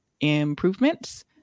improvements